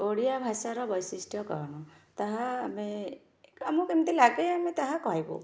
ଓଡ଼ିଆ ଭାଷାର ବୈଶିଷ୍ଟ୍ୟ କ'ଣ ତାହା ଆମେ ଆମକୁ କେମିତି ଲାଗେ ତାହା ଆମେ କହିବୁ